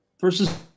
...versus